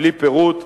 בלי פירוט,